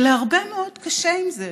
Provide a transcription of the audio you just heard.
ולהרבה מאוד קשה עם זה.